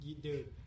dude